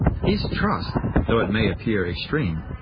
his trust, though it may appear extreme,